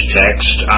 text